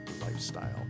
lifestyle